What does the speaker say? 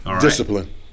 discipline